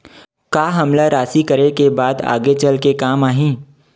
का हमला राशि करे के बाद आगे चल के काम आही?